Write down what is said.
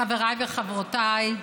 חבריי וחברותיי.